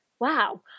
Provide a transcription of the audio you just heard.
wow